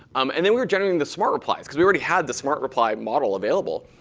um and then we were generating the smart replies. because we already had the smart reply model available.